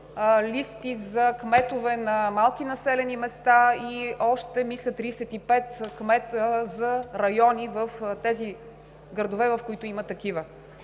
листи за кметове на малки населени места, и мисля, още 35 кмета за райони в тези градове, в които има такива.